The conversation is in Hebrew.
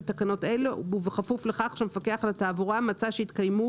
תקנות אלה ובכפוף לכך שהמפקח על התעבורה מצא שהתקיימו